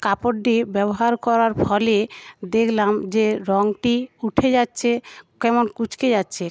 কাপড়টি ব্যবহার করার ফলে দেখলাম যে রঙটি উঠে যাচ্ছে কেমন কুঁচকে যাচ্ছে